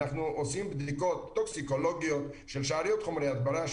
אנחנו עושים בדיקות טוקסיקולוגיות של שאריות חומרי הדברה,